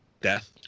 Death